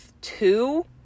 two